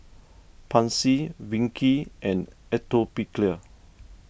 Pansy Vichy and Atopiclair